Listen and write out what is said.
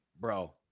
Bro